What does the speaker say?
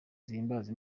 zihimbaza